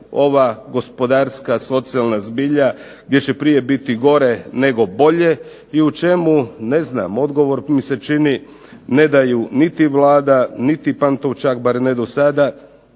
ova gospodarska, socijalna zbilja gdje će prije biti gore nego bolje i u čemu ne znam odgovor mi se čini ne daju niti Vlada, niti Pantovčak bar ne do sada